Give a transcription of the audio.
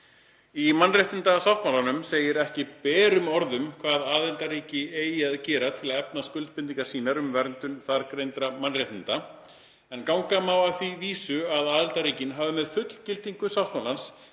Í mannréttindasáttmálanum segir ekki berum orðum hvað aðildarríki eigi að gera til að efna skuldbindingar sínar um verndun þargreindra mannréttinda, en ganga má að því vísu að aðildarríkin hafi með fullgildingu sáttmálans